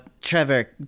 Trevor